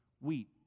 wheat